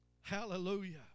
Hallelujah